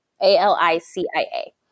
a-l-i-c-i-a